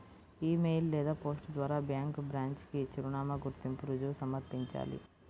ఇ mail లేదా post ద్వారా bank branch కి చిరునామా, గుర్తింపు రుజువు సమర్పించాలి